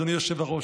אדוני היושב-ראש,